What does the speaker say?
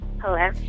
Hello